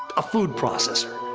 a food processor.